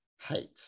hate